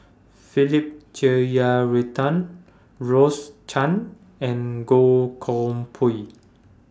Philip Jeyaretnam Rose Chan and Goh Koh Pui